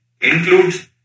includes